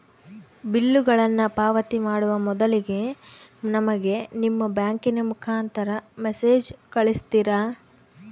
ಬಿಲ್ಲುಗಳನ್ನ ಪಾವತಿ ಮಾಡುವ ಮೊದಲಿಗೆ ನಮಗೆ ನಿಮ್ಮ ಬ್ಯಾಂಕಿನ ಮುಖಾಂತರ ಮೆಸೇಜ್ ಕಳಿಸ್ತಿರಾ?